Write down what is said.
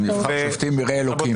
אם נבחר שופטים יראי אלוקים.